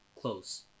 close